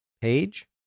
page